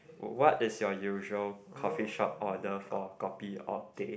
what is your usual coffee shop order for kopi or teh